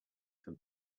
from